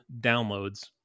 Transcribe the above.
downloads